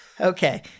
Okay